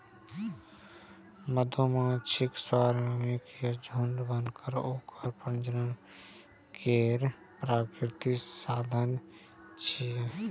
मधुमाछीक स्वार्मिंग या झुंड बनब ओकर प्रजनन केर प्राकृतिक साधन छियै